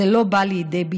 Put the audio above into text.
זה לא בא לידי ביטוי.